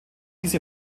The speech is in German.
diese